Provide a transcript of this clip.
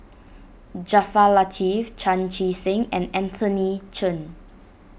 Jaafar Latiff Chan Chee Seng and Anthony Chen